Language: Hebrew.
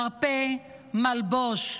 מרפא, מלבוש,